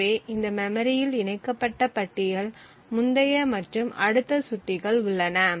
எனவே இந்த மெமரியில் இணைக்கப்பட்ட பட்டியலில் முந்தைய மற்றும் அடுத்த சுட்டிகள் உள்ளன